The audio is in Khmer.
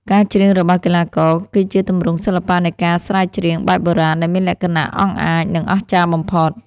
ការច្រៀងរបស់កីឡាករ គឺជាទម្រង់សិល្បៈនៃការស្រែកច្រៀងបែបបុរាណដែលមានលក្ខណៈអង់អាច និងអស្ចារ្យបំផុត។